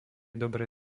dobré